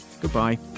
Goodbye